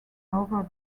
over